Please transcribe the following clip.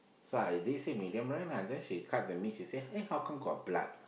so I did say medium rare then she cut the meat she said eh how come got blood